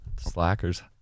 Slackers